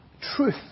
Truth